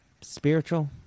spiritual